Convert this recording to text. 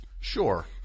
Sure